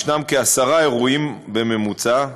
יש כעשרה אירועים בממוצע,